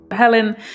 Helen